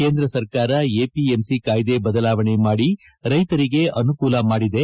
ಕೇಂದ್ರ ಸರ್ಕಾರ ಎಪಿಎಂಸಿ ಕಾಯ್ದೆ ಬದಲಾವಣೆ ಮಾಡಿ ರೈತರಿಗೆ ಅನುಕೂಲ ಮಾಡಿದೆ